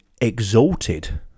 exalted